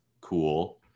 cool